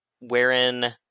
wherein